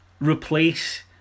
replace